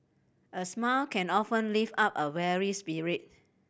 a smile can often lift up a weary spirit